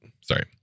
Sorry